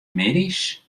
middeis